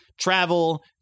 Travel